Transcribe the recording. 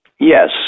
Yes